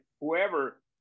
whoever